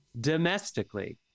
domestically